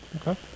Okay